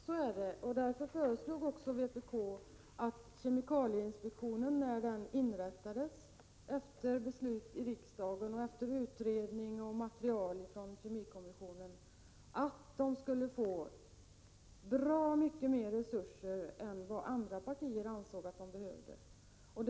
Herr talman! Ja, därför föreslog också vpk att kemikalieinspektionen, när den inrättades efter utredning, material från kemikommissionen och beslut i riksdagen, skulle få bra mycket mer resurser än vad andra partier ansåg att den behövde.